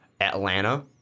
Atlanta